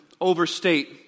overstate